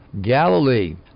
Galilee